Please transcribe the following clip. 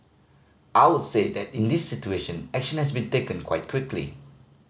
I would say that in this situation action has been taken quite quickly